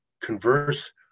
converse